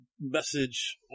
message